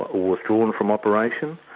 withdrawn from operation,